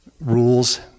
rules